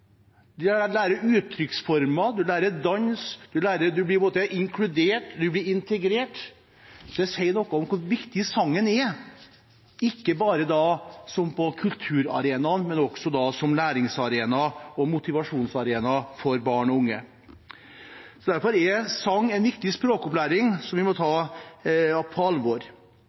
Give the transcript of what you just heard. De lærer uttrykksformer, og de lærer dans. Man blir inkludert, og man blir integrert, så det sier noe om hvor viktig sangen er – ikke bare på kulturarenaen, men også som læringsarena og motivasjonsarena for barn og unge. Derfor er sang viktig språkopplæring som vi må ta på alvor.